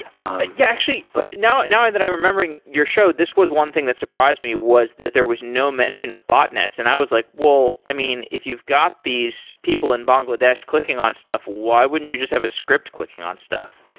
yeah. actually, but now now that i'm remembering your show, this was one thing that surprised me was that there was no mention of botnets and i was like, well, i mean, if you've got these people in bangladesh clicking on stuff, why wouldn't you just have a script clicking on stuff?